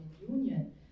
Union